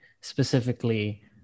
specifically